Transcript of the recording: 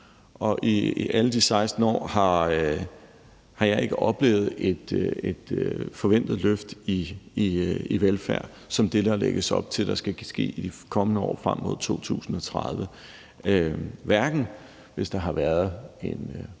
ingen af de 16 år har jeg oplevet et forventet løft i velfærden som det, der lægges op til skal ske i de kommende år frem mod 2030 – hverken hvis der har været en